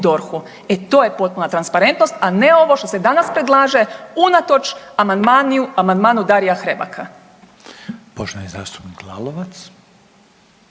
E, to je potpuna transparentnost, a ne ovo što se danas predlaže unatoč amandmanu Darija Hrebaka.